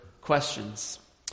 questions